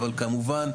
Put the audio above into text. אבל כמובן,